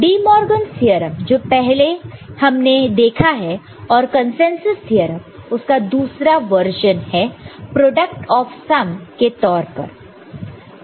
De Morgan theorem DeMorgan's theorem जो हमने पहले ही देखा है और कॅन्सेन्सॅस थ्योरम उसका दूसरा वर्जन है प्रोडक्ट ऑफ सम के तौर पर